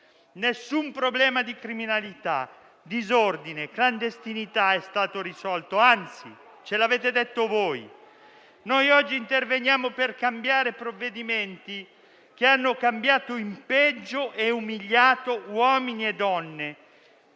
Nessun problema di criminalità, disordine, clandestinità è stato risolto, anzi; ce l'avete detto voi. Noi oggi interveniamo per cambiare provvedimenti che hanno cambiato in peggio e umiliato uomini e donne